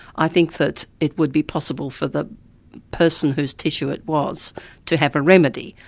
i think that it would be possible for the person whose tissue it was to have a remedy,